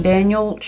Daniel